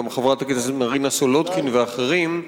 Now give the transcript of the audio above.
גם חברת הכנסת מרינה סולודקין ואחרים,